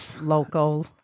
local